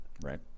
right